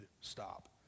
stop